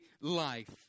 life